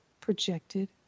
projected